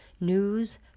news